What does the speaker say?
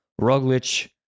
Roglic